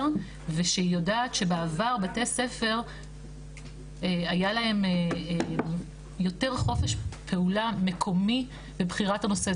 ושהיא יודעת שבעבר היה לבתי הספר יותר חופש פעולה מקומי בבחירת הנושא.